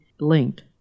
linked